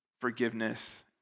forgiveness